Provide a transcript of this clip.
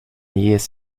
jähes